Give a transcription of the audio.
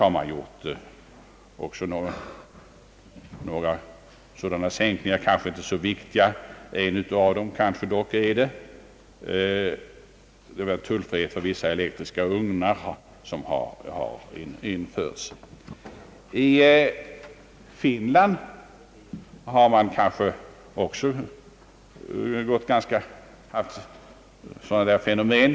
Också Danmark har genomfört några sådana tullsänkningar, som kanske i stort sett inte är så viktiga, dock med ett undantag, nämligen den tullfrihet som har införts för vissa elektriska ugnar. Även Finland uppvisar sådana fenomen.